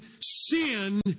sin